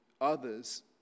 others